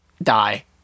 die